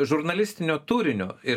žurnalistinio turinio ir